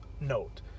note